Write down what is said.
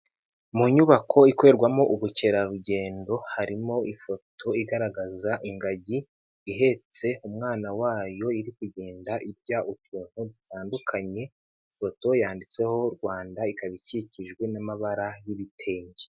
Mu nyubako ikorerwamo ubukerarugendo harimo ifoto igaragaza ingagi ihetse umwana wayo, iri kugenda irya ukuntu dutandukanye. Ifoto yanditseho Rwanda ikaba ikikijwe n'amabara y'ibitenge.